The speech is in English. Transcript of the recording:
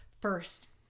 first